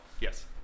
Yes